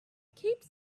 keep